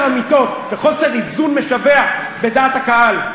אמיתות וחוסר איזון משווע בדעת הקהל.